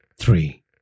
Three